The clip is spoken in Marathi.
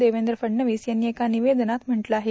देवेंद्र फडणवीस यांनी एका निवेदनात म्हटलं आहे